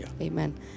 Amen